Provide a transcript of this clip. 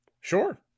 Sure